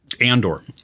Andor